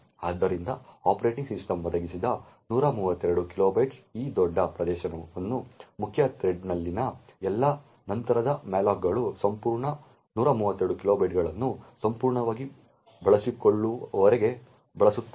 ಆದ್ದರಿಂದ operating system ಒದಗಿಸಿದ 132 ಕಿಲೋಬೈಟ್ಗಳ ಈ ದೊಡ್ಡ ಪ್ರದೇಶವನ್ನು ಮುಖ್ಯ ಥ್ರೆಡ್ನಲ್ಲಿನ ಎಲ್ಲಾ ನಂತರದ ಮಾಲೋಕ್ಗಳು ಸಂಪೂರ್ಣ 132 ಕಿಲೋಬೈಟ್ಗಳನ್ನು ಸಂಪೂರ್ಣವಾಗಿ ಬಳಸಿಕೊಳ್ಳುವವರೆಗೆ ಬಳಸುತ್ತಾರೆ